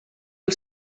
del